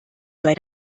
bei